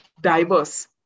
diverse